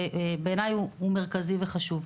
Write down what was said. ובעיניי הוא מרכזי וחשוב.